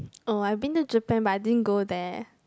oh I been to Japan but I didn't go there